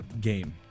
game